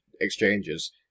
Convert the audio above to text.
exchanges